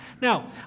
Now